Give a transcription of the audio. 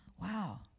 Wow